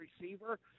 receiver